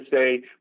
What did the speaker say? say